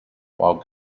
while